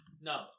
No